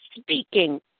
speaking